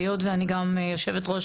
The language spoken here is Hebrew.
היות ואני גם יושבת ראש